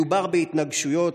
מדובר בהתנגשויות,